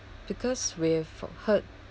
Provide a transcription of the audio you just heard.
because we have heard